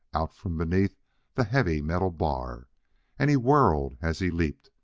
out from beneath the heavy metal bar and he whirled, as he leaped,